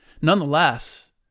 nonetheless